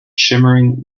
shimmering